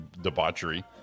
debauchery